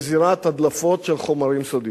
לזירת הדלפות של חומרים סודיים?